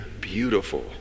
beautiful